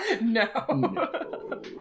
No